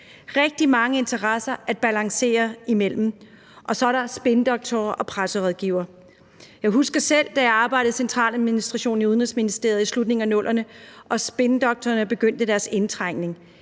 rigtig mange interesser at balancere imellem, og så er der spindoktorer og presserådgivere. Jeg husker selv, da jeg arbejdede i centraladministrationen, i Udenrigsministeriet, i slutningen af 00'erne, da spindoktorerne begyndte deres indtrængen.